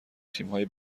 تیمهای